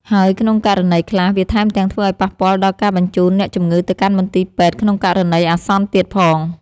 ហើយក្នុងករណីខ្លះ វាថែមទាំងធ្វើឱ្យប៉ះពាល់ដល់ការបញ្ជូនអ្នកជំងឺទៅកាន់មន្ទីរពេទ្យក្នុងករណីអាសន្នទៀតផង។